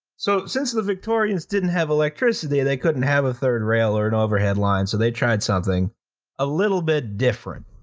so, since the victorians didn't have electricity, they couldn't have a third rail or an overhead line, so they tried something a little bit different.